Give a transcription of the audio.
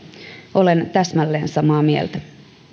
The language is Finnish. olen täsmälleen samaa mieltä